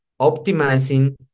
Optimizing